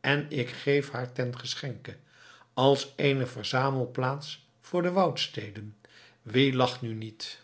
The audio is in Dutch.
en ik geef haar ten geschenke als eene verzamelplaats voor de woudsteden wie lacht nu niet